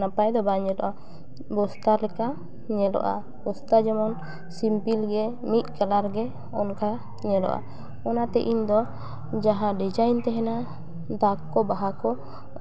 ᱱᱟᱯᱟᱭ ᱫᱚ ᱵᱟᱭ ᱧᱮᱞᱚᱜᱼᱟ ᱵᱚᱥᱛᱟ ᱞᱮᱠᱟ ᱧᱮᱞᱚᱜᱼᱟ ᱵᱚᱥᱛᱟ ᱡᱮᱢᱚᱱ ᱥᱤᱢᱯᱤᱞ ᱜᱮ ᱢᱤᱫ ᱠᱟᱞᱟᱨ ᱜᱮ ᱚᱱᱠᱟ ᱧᱮᱞᱚᱜᱼᱟ ᱚᱱᱟᱛᱮ ᱤᱧᱫᱚ ᱡᱟᱦᱟᱸ ᱰᱤᱡᱟᱭᱤᱱ ᱛᱟᱦᱮᱱᱟ ᱫᱟᱜ ᱠᱚ ᱵᱟᱦᱟ ᱠᱚ